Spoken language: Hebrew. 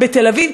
בתל-אביב,